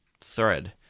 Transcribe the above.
thread